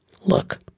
Look